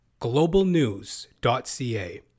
globalnews.ca